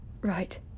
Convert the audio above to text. Right